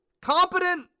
competent